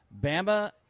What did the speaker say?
Bama